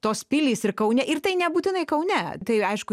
tos pilys ir kaune ir tai nebūtinai kaune tai aišku